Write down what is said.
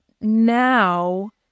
now